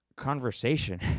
conversation